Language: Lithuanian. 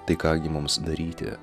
tai ką gi mums daryti